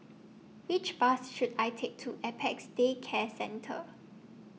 Which Bus should I Take to Apex Day Care Centre